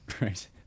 Right